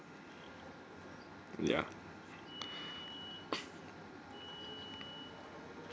ya